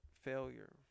failure